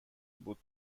بود